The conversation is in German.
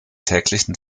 täglichen